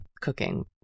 cooking